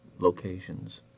locations